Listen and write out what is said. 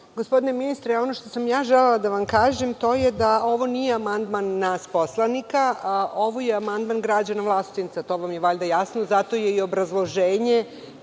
važno. Gospodine ministre, ono što sam želela da vam kažem, to je da ovo nije amandman nas poslanika, ovo je amandman građana Vlasotinca. To vam je valjda jasno. Zato se i obrazloženje